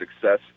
success